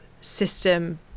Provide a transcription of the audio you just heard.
system